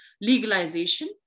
legalization